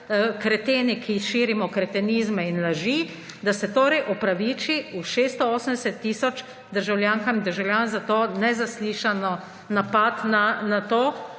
kreteni, ki širimo kretenizme in laži; da se torej opraviči 680 tisoč državljankam in državljanom za ta nezaslišan napad na to,